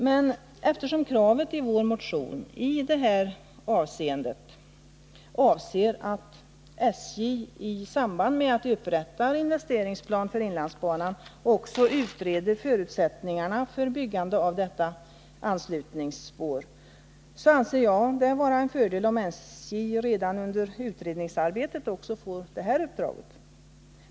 Men eftersom kravet i vår motion i detta hänseende avser att SJ i samband med upprättandet av en investeringsplan för inlandsbanan också utreder förutsättningarna för byggandet av detta anslutningsspår anser jag det vara en fördel om SJ redan under utredningsarbetet får också detta uppdrag.